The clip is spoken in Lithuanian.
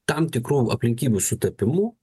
tam tikrų aplinkybių sutapimu